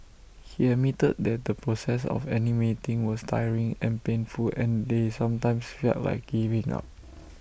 he admitted that the process of animating was tiring and painful and they sometimes felt like giving up